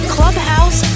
Clubhouse